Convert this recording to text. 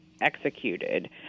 executed